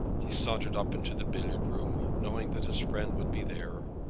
he sauntered up into the billiard-room knowing that his friend would be there,